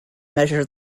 measure